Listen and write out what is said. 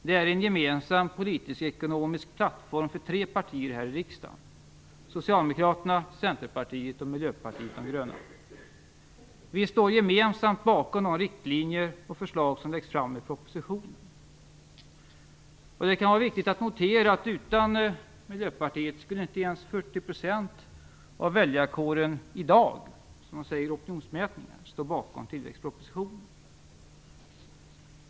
Det är en gemensam politisk-ekonomisk plattform för tre partier här i riksdagen, Socialdemokraterna, Centerpartiet och Miljöpartiet de gröna. Vi står gemensamt bakom de riktlinjer och förslag som läggs fram i propositionen. Det kan vara viktigt att notera att utan Miljöpartiet skulle inte ens 40 % av väljarkåren i dag, enligt opinionsmätningarna, stå bakom tillväxtpropositionen.